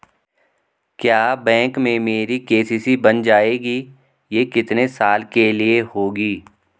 क्या बैंक में मेरी के.सी.सी बन जाएगी ये कितने साल के लिए होगी?